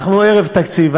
אנחנו ערב תקציב,